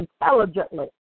intelligently